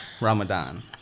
Ramadan